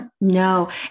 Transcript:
No